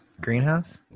Greenhouse